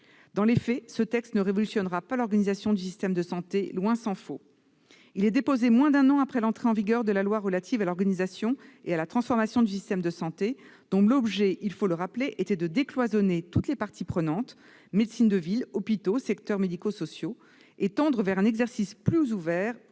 Dans les faits, ce texte ne révolutionnera pas l'organisation du système de santé, tant s'en faut. Il est déposé moins d'un an après l'entrée en vigueur de la loi relative à l'organisation et à la transformation du système de santé, dont l'objet, il faut le rappeler, était de décloisonner toutes les parties prenantes- médecine de ville, hôpitaux, secteurs médico-sociaux -et de tendre vers un exercice plus ouvert,